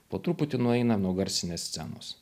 po truputį nueina nuo garsinės scenos